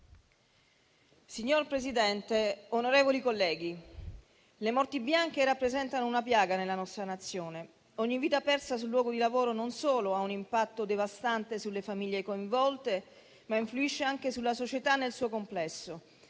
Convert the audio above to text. Signor Presidente, onorevoli colleghi, le morti bianche rappresentano una piaga nella nostra Nazione: ogni vita persa sul luogo di lavoro non solo ha un impatto devastante sulle famiglie coinvolte, ma influisce anche sulla società nel suo complesso.